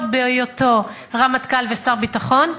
עוד בהיותו רמטכ"ל ושר הביטחון,